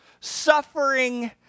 suffering